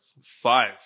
five